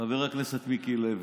חבר הכנסת מיקי לוי,